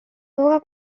poca